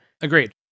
Agreed